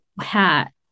hat